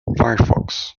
firefox